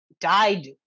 died